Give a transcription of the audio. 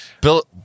Bill